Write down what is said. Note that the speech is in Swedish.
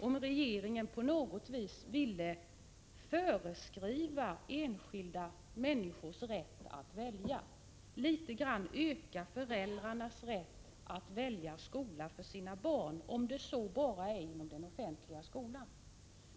om regeringen på något vis ville föreskriva enskilda människors rätt att välja och litet grand öka föräldrarnas rätt att välja skola för sina barn — om det så bara är inom det offentliga skolsystemet.